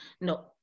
no